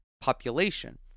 population